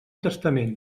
testament